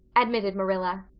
admitted marilla,